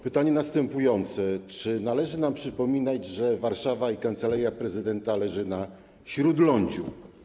Pytanie jest następujące: Czy należy nam przypominać, że Warszawa i Kancelaria Prezydenta leżą na śródlądziu?